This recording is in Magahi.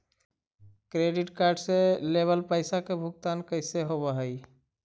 क्रेडिट कार्ड से लेवल पैसा के भुगतान कैसे होव हइ?